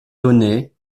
donné